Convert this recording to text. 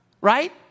right